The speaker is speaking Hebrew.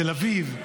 תל אביב,